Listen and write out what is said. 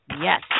Yes